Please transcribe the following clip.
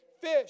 fish